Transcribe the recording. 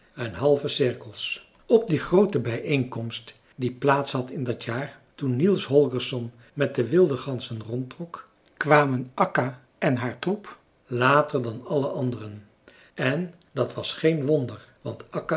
en halve cirkels op die groote bijeenkomst die plaats had in dat jaar toen niels holgersson met de wilde ganzen rondtrok kwamen akka en haar troep later dan alle anderen en dat was geen wonder want